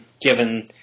given